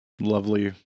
lovely